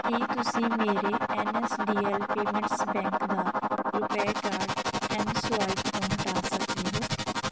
ਕੀ ਤੁਸੀਂਂ ਮੇਰੇ N S D L payments bank ਦਾ ਰੁਪਏ ਕਾਰਡ ਐਮਸਵਾਇਪ ਤੋਂ ਹਟਾ ਸਕਦੇ ਹੋ